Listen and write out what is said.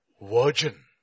virgin